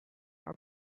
are